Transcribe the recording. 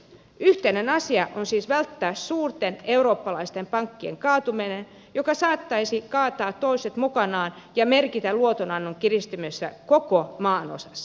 yhteinen asia on siis välttää suurten eurooppalaisten pankkien kaatuminen joka saattaisi kaataa toiset mukanaan ja merkitä luotonannon kiristymistä koko maanosassa